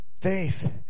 faith